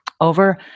Over